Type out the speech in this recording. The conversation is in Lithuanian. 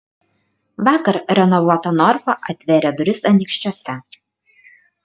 vakar renovuota norfa atvėrė duris anykščiuose